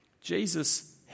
Jesus